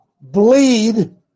bleed